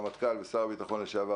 רמטכ"ל ושר הביטחון לשעבר,